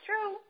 true